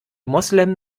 moslem